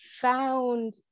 found